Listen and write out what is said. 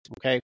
okay